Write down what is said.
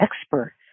expert